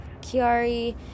Kiari